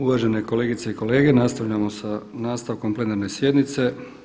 Uvažene kolegice i kolege, nastavljamo sa nastavkom plenarne sjednice.